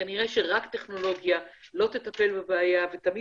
כנראה שרק טכנולוגיה לא תטפל בבעיה ותמיד